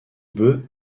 bœufs